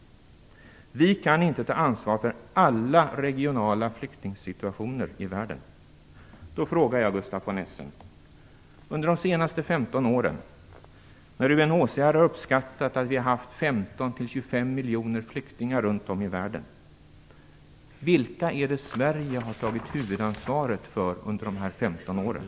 Vi kan inte ta ansvar för alla regionala flyktingsituationer i världen. har uppskattat att vi har haft 15 - 25 miljoner flyktingar runt om i världen under de senaste 15 åren.